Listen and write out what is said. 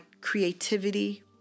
creativity